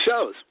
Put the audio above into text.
shows